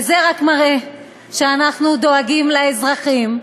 וזה רק מראה שאנחנו דואגים לאזרחים,